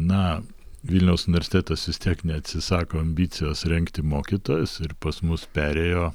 na vilniaus universitetas vis tiek neatsisako ambicijos rengti mokytojus ir pas mus perėjo